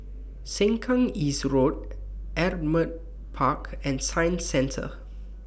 Sengkang East Road Ardmore Park and Science Centre